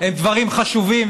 הם דברים חשובים,